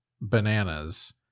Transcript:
bananas